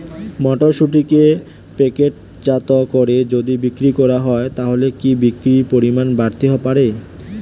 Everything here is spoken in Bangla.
মটরশুটিকে প্যাকেটজাত করে যদি বিক্রি করা হয় তাহলে কি বিক্রি পরিমাণ বাড়তে পারে?